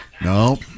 No